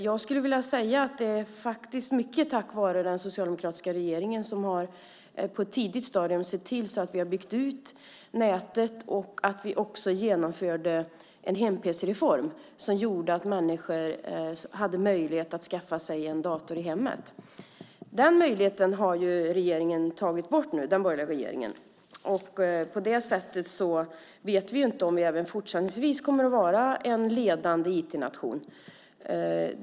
Jag skulle vilja säga att detta i mycket är tack vare den socialdemokratiska regeringen, som på ett tidigt stadium har sett till att vi har byggt ut nätet och också genomförde en hem-pc-reform, som gjorde att människor hade möjlighet att skaffa sig en dator i hemmet. Den möjligheten har den borgerliga regeringen nu tagit bort. Därför vet vi inte om vi även fortsättningsvis kommer att vara en ledande IT-nation.